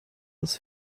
aus